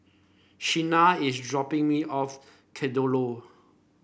Shena is dropping me off Kadaloor